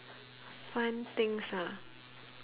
fun things ah